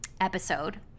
episode